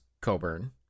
Coburn